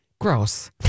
Gross